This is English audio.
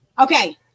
okay